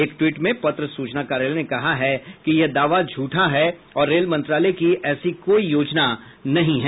एक टवीट में पत्र सूचना कार्यालय ने कहा है कि यह दावा झूठा है और रेल मंत्रालय की ऐसी कोई योजना नहीं है